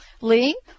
Lee